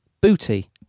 Booty